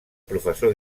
professor